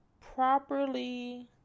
properly